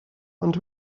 ond